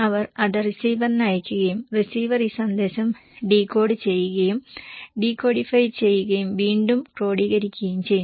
അവർ അത് റിസീവറിന് അയയ്ക്കുകയും റിസീവർ ഈ സന്ദേശം ഡീകോഡ് ചെയ്യുകയും ഡീകോഡിഫൈ ചെയ്യുകയും വീണ്ടും ക്രോഡീകരിക്കുകയും ചെയ്യുന്നു